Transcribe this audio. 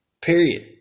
Period